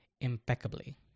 impeccably